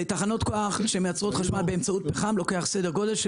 לתחנות כוח שמייצרות חשמל באמצעות פחם לוקח סדר גודל של